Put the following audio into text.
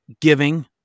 giving